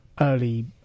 early